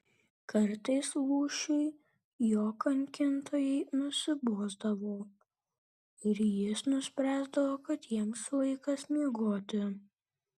kartais lūšiui jo kankintojai nusibosdavo ir jis nuspręsdavo kad jiems laikas miegoti